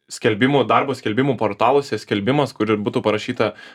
skelbimų darbo skelbimų portaluose skelbimas kur ir būtų parašyta